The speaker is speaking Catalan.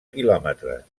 quilòmetres